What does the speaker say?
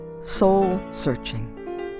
soul-searching